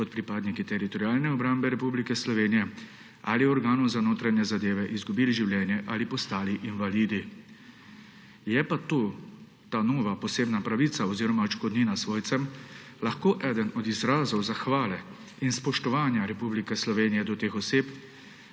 kot pripadniki Teritorialne obrambe Republike Slovenije ali organov za notranje zadeve izgubili življenje ali postali invalidi. Je pa ta nova posebna pravica oziroma odškodnina svojcem lahko eden od izrazov zahvale in spoštovanja Republike Slovenije do teh oseb,